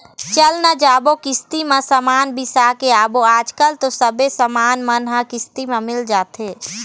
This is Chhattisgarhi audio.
चल न जाबो किस्ती म समान बिसा के आबो आजकल तो सबे समान मन ह किस्ती म मिल जाथे